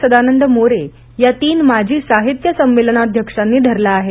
सदानंद मोरे या तीन माजी साहित्य संमेलनाध्यक्षांनी धरला आहे